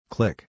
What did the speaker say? Click